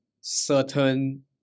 certain